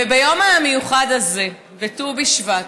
וביום המיוחד הזה, בט"ו בשבט,